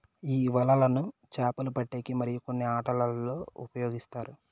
ఈ వలలను చాపలు పట్టేకి మరియు కొన్ని ఆటలల్లో ఉపయోగిస్తారు